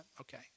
okay